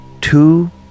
Two